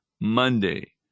Monday